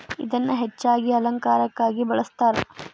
ಇದನ್ನಾ ಹೆಚ್ಚಾಗಿ ಅಲಂಕಾರಕ್ಕಾಗಿ ಬಳ್ಸತಾರ